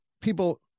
people